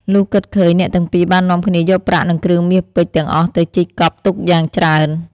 លុះគិតឃើញ អ្នកទាំងពីរបាននាំគ្នាយកប្រាក់និងគ្រឿងមាសពេជ្រទាំងអស់ទៅជីកកប់ទុកយ៉ាងច្រើន។